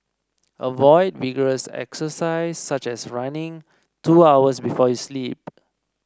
avoid vigorous exercise such as running two hours before you sleep